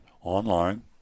online